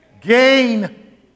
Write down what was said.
gain